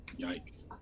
yikes